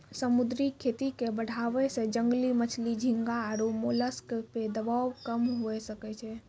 समुद्री खेती के बढ़ाबै से जंगली मछली, झींगा आरु मोलस्क पे दबाब कम हुये सकै छै